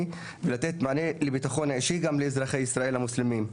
ולתת מענה לביטחון האישי גם לאזרחי ישראל המוסלמים.